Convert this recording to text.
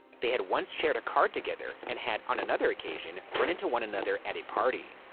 they had once shared a car together and had on another occasion run into one another at a party.